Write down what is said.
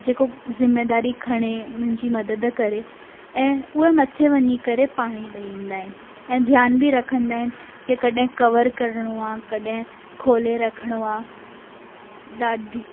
जेको ज़िम्मेदारी खणे मुंजी मददु करे ऐं उहे मथे वञी करे पाणी ॾई ईंदा आइन ऐं ध्यान बि रखंदा आहिनि की कॾहिं कवर करिणो आहे कॾहिं खोले रखिणो आहे ॾाढी